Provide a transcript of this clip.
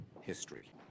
history